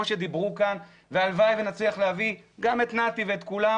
שדיברו כאן והלוואי ונצליח להביא גם את נתי ואת כולם